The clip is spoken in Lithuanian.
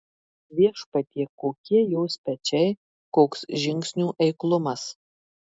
viešpatie kokie jos pečiai koks žingsnių eiklumas